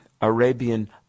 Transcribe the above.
Arabian